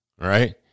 right